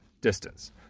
distance